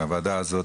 הוועדה הזו,